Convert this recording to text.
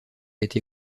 été